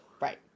right